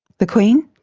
the queen?